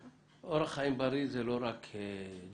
אורח חיים בריא זה לא רק תזונה,